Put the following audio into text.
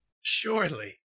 surely